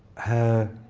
her